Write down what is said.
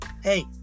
Hey